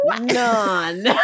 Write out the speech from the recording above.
None